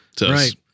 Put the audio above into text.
Right